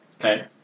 Okay